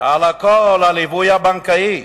ועל הכול, הליווי הבנקאי.